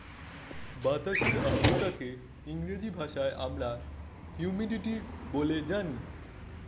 বাতাসের আর্দ্রতাকে ইংরেজি ভাষায় আমরা হিউমিডিটি বলে জানি